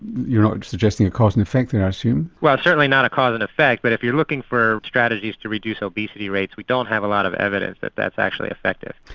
you're not suggesting a cause and effect then i assume? well certainly not a cause and effect but if you're looking for strategies to reduce obesity rates we don't have a lot of evidence that that's actually effective.